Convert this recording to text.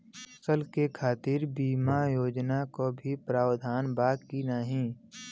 फसल के खातीर बिमा योजना क भी प्रवाधान बा की नाही?